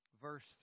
verse